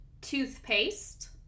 Toothpaste